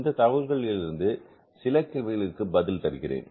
இந்த தகவல்களிலிருந்து சில கேள்விகளுக்கு பதில் தருகிறேன்